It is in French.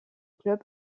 club